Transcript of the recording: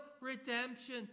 redemption